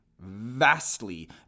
vastly